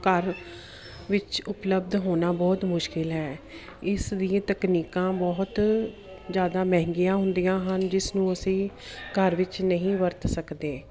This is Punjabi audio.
ਘਰ ਵਿੱਚ ਉਪਲਬਧ ਹੋਣਾ ਬਹੁਤ ਮੁਸ਼ਕਲ ਹੈ ਇਸ ਲਈ ਤਕਨੀਕਾਂ ਬਹੁਤ ਜ਼ਿਆਦਾ ਮਹਿੰਗੀਆਂ ਹੁੰਦੀਆਂ ਹਨ ਜਿਸ ਨੂੰ ਅਸੀਂ ਘਰ ਵਿੱਚ ਨਹੀਂ ਵਰਤ ਸਕਦੇ